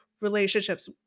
relationships